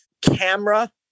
camera